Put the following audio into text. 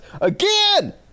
again